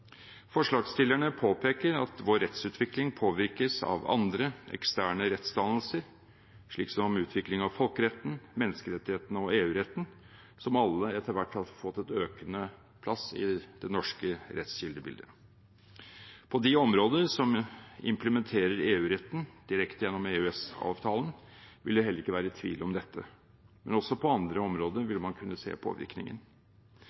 Forslagsstillerne påpeker at vår rettsutvikling påvirkes av andre, eksterne rettsdannelser slik som utvikling av folkeretten, menneskerettighetene og EU-retten, som alle etter hvert har fått økende plass i det norske rettskildebildet. På de områder som implementerer EU-retten direkte gjennom EØS-avtalen, vil det heller ikke være tvil om dette, men også på andre områder